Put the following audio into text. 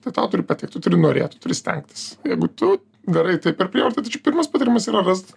tai tau turi patikt tu turi norėt tu turi stengtis jeigu tu darai tai per prievartą tai čia pirmas patarimas yra rast